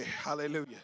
Hallelujah